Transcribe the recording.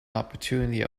opportunity